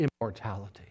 immortality